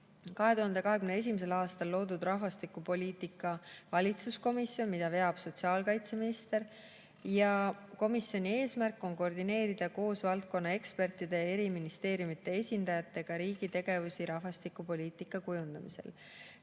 2021. aastal loodud rahvastikupoliitika valitsuskomisjon, mida veab sotsiaalkaitseminister, ja komisjoni eesmärk on koordineerida koos valdkonna ekspertide ja eri ministeeriumide esindajatega riigi tegevusi rahvastikupoliitika kujundamisel.